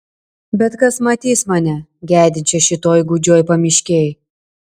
bet kas matys mane gedinčią šitoj gūdžioj pamiškėj